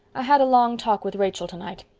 i had a long talk with rachel tonight.